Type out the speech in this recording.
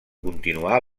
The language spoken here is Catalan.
continuar